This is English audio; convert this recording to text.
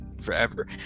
forever